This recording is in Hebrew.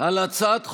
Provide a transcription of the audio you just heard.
על הצעת חוק-יסוד: